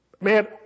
man